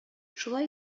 шулай